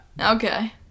okay